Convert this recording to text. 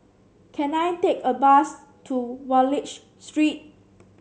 can I take a bus to Wallich Street